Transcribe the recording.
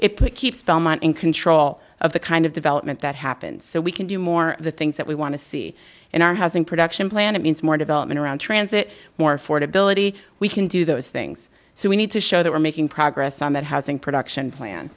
it keeps belmont in control of the kind of development that happens so we can do more the things that we want to see in our housing production plan it means more development around transit more for debility we can do those things so we need to show that we're making progress on that housing production plan